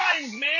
man